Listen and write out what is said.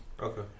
Okay